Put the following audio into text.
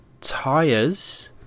tires